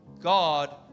God